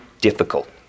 difficult